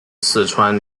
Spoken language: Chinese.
四川